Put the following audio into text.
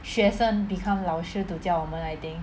学生 become 老师 to 教我们 I think